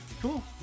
Cool